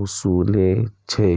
ओसूलै छै